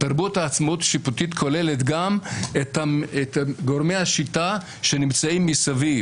תרבות העצמאות השיפוטית כוללת גם את גורמי השפיטה שנמצאים מסביב,